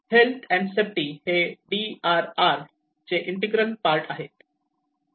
health and safety हे D R R चे integral part आहेत